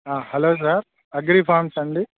hello sir agri farms అండి